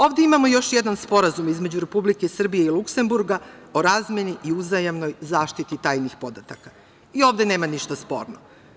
Ovde imamo još jedan sporazum, između Republike Srbije i Luksemburga o razmeni i uzajamnoj zaštiti tajnih podataka, i ovde nema ništa sporno.